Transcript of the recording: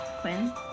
Quinn